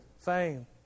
fame